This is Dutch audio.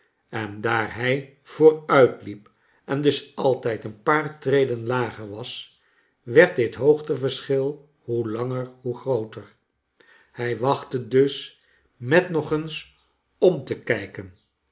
en daar hij vooruit liep en dus altijd een paar treden lager was werd dit hoogteverschil hoe langer hoe grooter hij wachtte dus met nog eens om te kijken